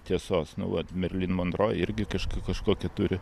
tiesos nu vat merlin monro irgi kažko kažkokią turi